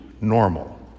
normal